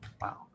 Wow